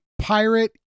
pirate